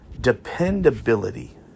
dependability